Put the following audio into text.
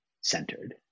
centered